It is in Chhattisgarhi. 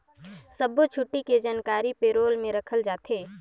सब्बो छुट्टी के जानकारी पे रोल में रखल जाथे